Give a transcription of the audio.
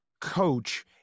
coach